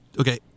okay